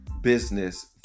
business